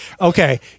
okay